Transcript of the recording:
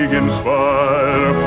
inspire